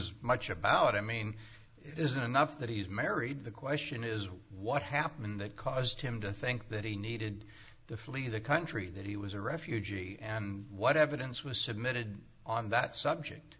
s much about i mean it isn't enough that he's married the question is what happened that caused him to think that he needed to flee the country that he was a refugee and what evidence was submitted on that subject